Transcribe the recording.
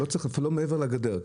לא מעבר לגדר,